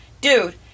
dude